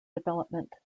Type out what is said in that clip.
development